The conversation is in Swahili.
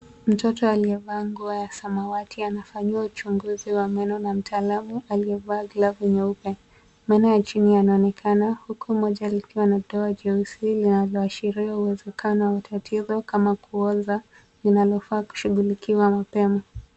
Mtoto aliyevaa nguo ya samawati anafanyiwa uchuguzi wa meno na mtaalam aliyevaa glavu nyeupe. Meno ya chini yanaonekana huku moja likiwa na doa jeusi linalo ashiria uwezekano wa tatizo kama kuoza, linalofaa kushughulikiwa mapema.